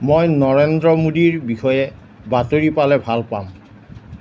মই নৰেন্দ্ৰ মোদীৰ বিষয়ে বাতৰি পালে ভাল পাম